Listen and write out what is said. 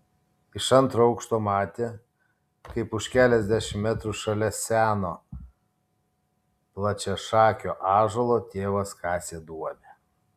iš antro aukšto matė kaip už keliasdešimt metrų šalia seno plačiašakio ąžuolo tėvas kasė duobę